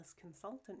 consultant